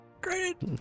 Great